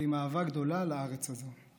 ועם אהבה גדולה לארץ הזאת.